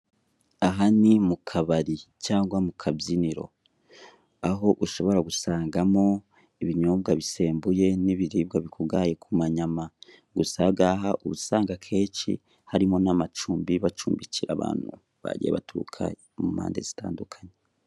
Aha ni mu kabari cyangwa mu kabyinoro. Aho ushobora gusangamo ibinyobwa bisembuye n'ibiribwa bikungahaye ku mamyama gusa ahangaha uba usanga akenshi harimo n'amacumbi bacumbikira abantu bagiye baturuka mu mpande zitandukanye.